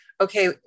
okay